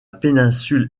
péninsule